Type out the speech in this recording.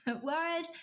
Whereas